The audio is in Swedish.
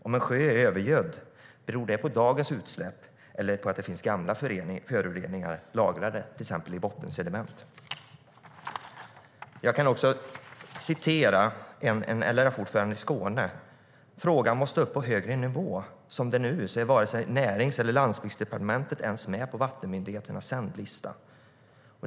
Om en sjö är övergödd, beror det på dagens utsläpp eller på att det finns gamla föroreningar lagrade i till exempel bottensediment? Jag kan också citera en LRF-ordförande i Skåne: Frågan måste upp på en högre nivå, som det är nu är varken Närings eller Landsbygdsdepartementet ens med på vattenmyndigheternas sändlista.